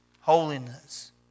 holiness